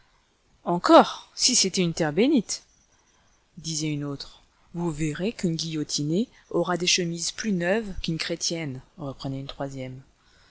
encore si c'était dans une terre bénite disait une autre vous verrez qu'une guillotinée aura des chemises plus neuves qu'une chrétienne reprenait une troisième